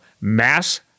mass